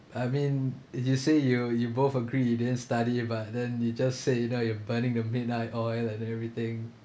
I mean you just say you you both agree he didn't study but then he just say you know you're burning the midnight oil and everything